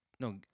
No